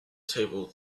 table